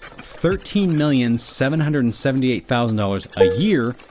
thirteen million seven hundred and seventy thousand dollars a year,